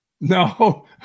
No